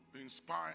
inspire